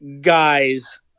guys